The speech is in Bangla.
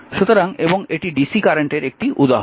সুতরাং এবং এটি ডিসি কারেন্টের একটি উদাহরণ